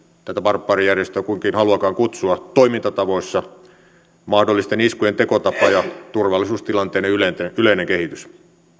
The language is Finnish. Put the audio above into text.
tätä barbaarijärjestöä nyt haluaakaan kutsua toimintatavoissa mahdollisten iskujen tekotavan ja turvallisuustilanteen yleisen yleisen kehityksen